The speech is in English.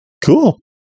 Cool